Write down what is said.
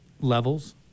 levels